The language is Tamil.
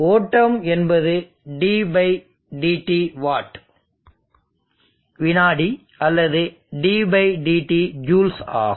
ஓட்டம் என்பது d dt வாட் வினாடி அல்லது d dt ஜூல்ஸ் ஆகும்